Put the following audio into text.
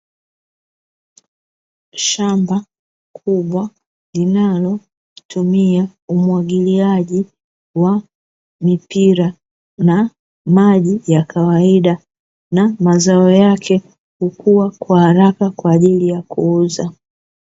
Shamba kubwa linalo tumia umwagiliaji wa mipira na maji ya kawaida na mazao yake hukuwa kwa haraka kwaajili ya kuuza.